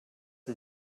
the